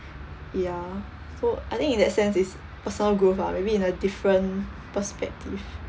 ya so I think in that sense is personal growth ah maybe in a different perspective